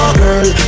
girl